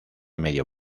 medio